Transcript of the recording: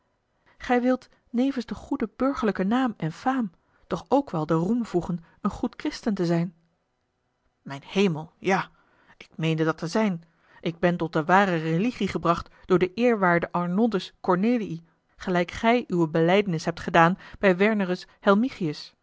gij wilt nevens den goeden burgerlijken naam en faam toch ook wel den roem voegen een goed christen te zijn mijn hemel ja ik meene dat te zijn ik ben tot de ware religie gebracht door den eerwaarden arnoldus cornelii gelijk gij uwe belijdenis hebt gedaan bij wernerus helmichius